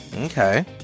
Okay